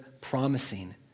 promising